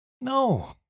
no